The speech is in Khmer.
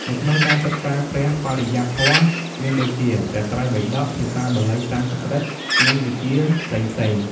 នៅក្នុងការសិក្សាព្រះបរិយត្តិធម៌ មានដូចជា ព្រះត្រៃបិដក ភាសាបាលី-សំស្ក្រឹត និងវិជ្ជាផ្សេងៗ។